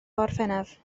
orffennaf